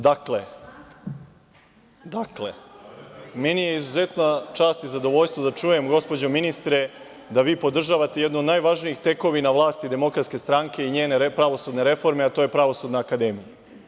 Dakle, meni je izuzetna čast i zadovoljstvo da čujem, gospođo ministre, da vi podržavate jednu od najvažnijih tekovina vlasti Demokratske vlasti i njene pravosudne reforme, a to je Pravosudna akademija.